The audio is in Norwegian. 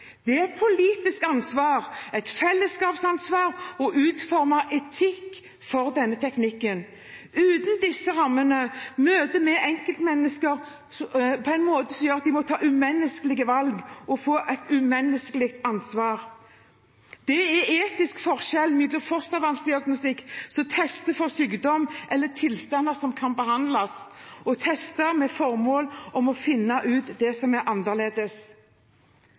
Det er et politisk ansvar, et fellesskapsansvar, å utforme etikk for denne teknikken. Uten disse rammene møter vi enkeltmennesker på en måte som gjør at de må ta umenneskelige valg og får et umenneskelig ansvar. Det er etisk forskjell mellom fostervannsdiagnostikk som tester for sykdom eller tilstander som kan behandles, og tester med formål om å finne ut det som er annerledes.